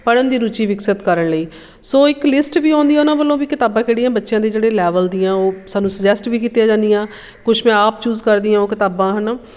ਪੜ੍ਹਨ ਦੀ ਰੁਚੀ ਵਿਕਸਿਤ ਕਰਨ ਲਈ ਸੋ ਇੱਕ ਲਿਸਟ ਵੀ ਆਉਂਦੀ ਉਹਨਾਂ ਵੱਲੋਂ ਵੀ ਕਿਤਾਬਾਂ ਕਿਹੜੀਆਂ ਬੱਚਿਆਂ ਦੇ ਜਿਹੜੇ ਲੈਵਲ ਦੀਆਂ ਉਹ ਸਾਨੂੰ ਸੁਜੈਸਟ ਵੀ ਕੀਤੀਆਂ ਜਾਂਦੀਆਂ ਕੁਛ ਮੈਂ ਆਪ ਚੂਜ਼ ਕਰਦੀ ਹਾਂ ਉਹ ਕਿਤਾਬਾਂ ਹੈ ਨਾ